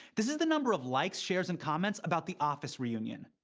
this is the number of likes, shares, and comments about the office reunion.